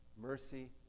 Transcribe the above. mercy